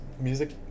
Music